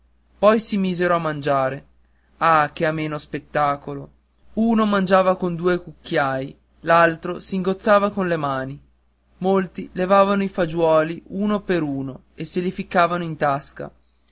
poi si misero a mangiare ah che ameno spettacolo uno mangiava con due cucchiai l'altro s'ingozzava con le mani molti levavano i fagioli un per uno e se li ficcavano in tasca